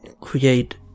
create